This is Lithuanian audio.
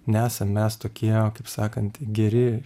nesam mes tokie kaip sakant geri